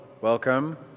Welcome